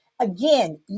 again